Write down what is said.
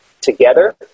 together